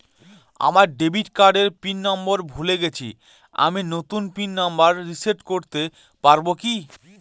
আমার ডেবিট কার্ডের pin number ভুলে গেছি আমি নূতন পিন নম্বর রিসেট করতে পারবো কি?